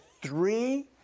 three